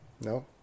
No